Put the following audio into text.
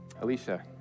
Alicia